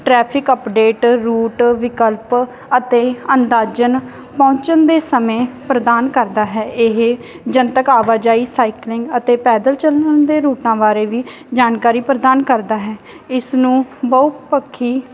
traffic update route ਵਿਕਲਪ ਅਤੇ ਅੰਦਾਜਨ ਪਹੁੰਚਣ ਦੇ ਸਮੇਂ ਪ੍ਰਦਾਨ ਕਰਦਾ ਹੈ ਇਹ ਜਨਤਕ ਆਵਾਜਾਈ ਸਾਈਕਲਿੰਗ ਅਤੇ ਪੈਦਲ ਚੱਲਣ ਦੇ ਰੂਟਾਂ ਬਾਰੇ ਵੀ ਜਾਣਕਾਰੀ ਪ੍ਰਦਾਨ ਕਰਦਾ ਹੈ ਇਸ ਨੂੰ ਬਹੁ ਪੱਖੀ